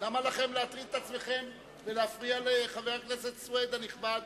למה לכם להטריד את עצמכם ולהפריע לחבר הכנסת סוייד הנכבד